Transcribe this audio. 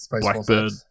Blackbird